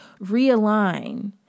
realign